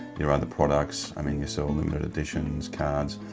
your other products, i mean you sell limited editions, cards.